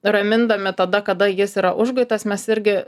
ramindami tada kada jis yra užguitas mes irgi